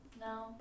No